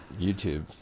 YouTube